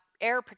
air